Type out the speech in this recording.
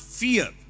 fear